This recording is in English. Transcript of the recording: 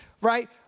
right